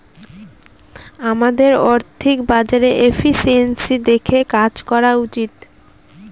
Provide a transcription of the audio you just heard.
আমাদের আর্থিক বাজারে এফিসিয়েন্সি দেখে কাজ করা উচিত